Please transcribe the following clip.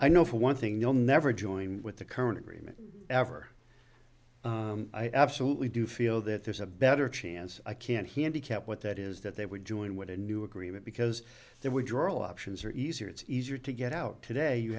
i know for one thing you'll never join with the current agreement ever i absolutely do feel that there's a better chance i can't he indicate what that is that they were doing with a new agreement because there were droll options are easier it's easier to get out today you